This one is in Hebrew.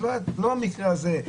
זה לא המקרה הזה.